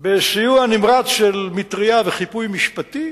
בסיוע נמרץ של מטרייה וחיפוי משפטי,